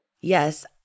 Yes